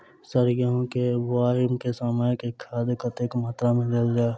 Sir गेंहूँ केँ बोवाई केँ समय केँ खाद कतेक मात्रा मे देल जाएँ?